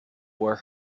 were